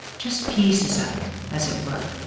just pieces of it, as it were,